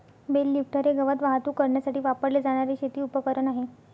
bell lifter हे गवत वाहतूक करण्यासाठी वापरले जाणारे शेती उपकरण आहे